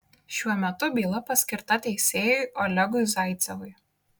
šiuo metu byla paskirta teisėjui olegui zaicevui